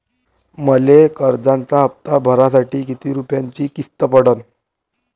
मले कर्जाचा हप्ता भरासाठी किती रूपयाची किस्त पडन?